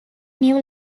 new